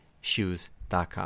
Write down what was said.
Shoes.com